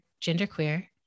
genderqueer